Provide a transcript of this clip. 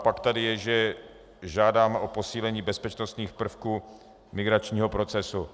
Pak tu je, že žádáme o posílení bezpečnostních prvků migračního procesu.